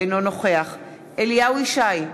אינו נוכח אליהו ישי,